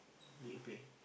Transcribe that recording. did you play